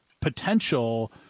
potential